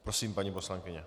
Prosím, paní poslankyně.